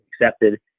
accepted